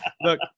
look